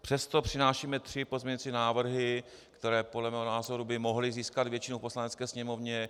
Přesto přinášíme tři pozměňovací návrhy, které podle mého názoru by mohly získat většinu v Poslanecké sněmovně.